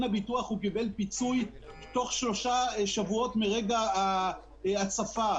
הביטוח צריך שהמצפן הראשי שלנו יהיה מה טוב לציבור הרחב.